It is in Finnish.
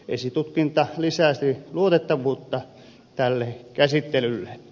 esitutkinta lisäsi luotettavuutta tälle käsittelylle